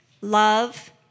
love